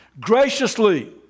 graciously